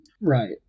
right